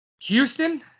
Houston